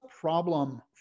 problem